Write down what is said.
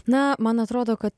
na man atrodo kad